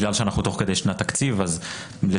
בגלל שאנחנו בתוך שנת תקציב אז בשנת